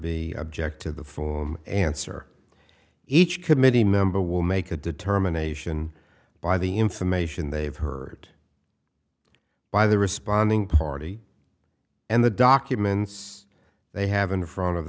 b object to the form answer each committee member will make a determination by the information they have heard by the responding party and the documents they have in front of